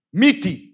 miti